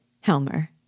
Helmer